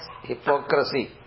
hypocrisy